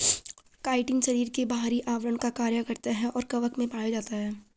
chitin शरीर के बाहरी आवरण का कार्य करता है और कवक में पाया जाता है